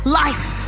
life